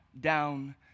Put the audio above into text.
down